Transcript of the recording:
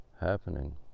happening